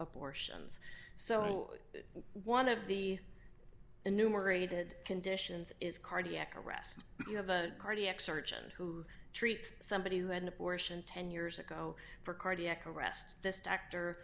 abortions so one of the enumerated conditions is cardiac arrest you have a cardiac surgeon who treats somebody who had an abortion ten years ago for cardiac arrest this doctor